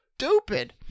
stupid